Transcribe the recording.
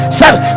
seven